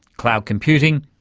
cloud computing,